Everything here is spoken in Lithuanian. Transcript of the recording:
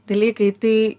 dalykai tai